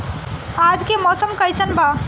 आज के मौसम कइसन बा?